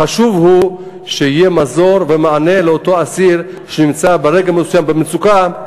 חשוב שיהיה מזור ומענה לאותו אסיר שנמצא ברגע מסוים במצוקה,